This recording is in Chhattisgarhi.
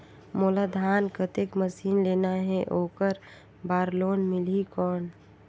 मोला धान कतेक मशीन लेना हे ओकर बार लोन मिलही कौन?